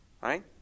right